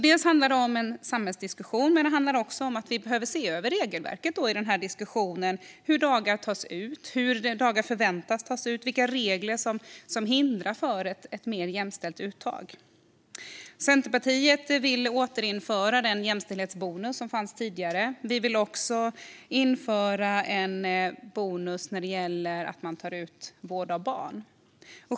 Det handlar om en samhällsdiskussion, men det handlar också om att vi behöver se över regelverket - hur dagar tas ut, hur dagar förväntas tas ut och vilka regler som hindrar ett mer jämställt uttag. Centerpartiet vill återinföra den jämställdhetsbonus som fanns tidigare. Vi vill också införa en bonus när det gäller att ta ut vård av barn.